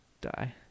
die